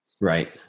Right